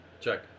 check